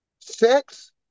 sex